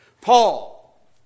Paul